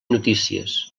notícies